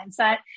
mindset